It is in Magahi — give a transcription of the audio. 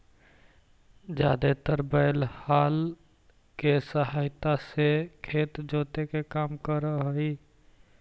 जादेतर बैल हल केसहायता से खेत जोते के काम कर हई